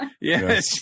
Yes